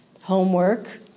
Homework